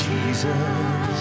Jesus